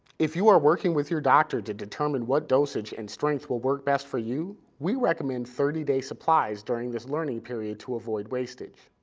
if you are working with your doctor to determine what dosage and strength will work best for you, we recommend thirty day supplies during this learning period to avoid wastage.